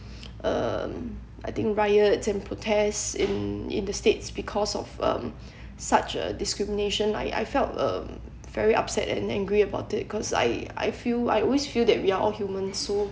um I think riots and protests in in the states because of um such a discrimination I I felt uh very upset and angry about it cause I I feel I always feel that we are all human so